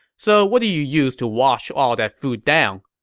so what do you use to wash all that food down?